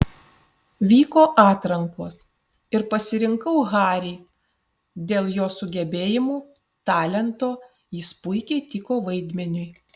vyko atrankos ir pasirinkau harry dėl jo sugebėjimų talento jis puikiai tiko vaidmeniui